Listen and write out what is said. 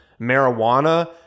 marijuana